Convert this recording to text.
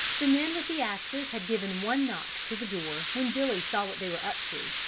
the men with the axes had given one knock to the door when billy saw what they were up to,